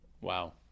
Wow